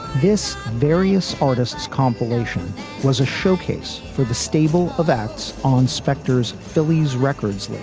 this various artists compilation was a showcase for the stable of acts on spector's phillies' records,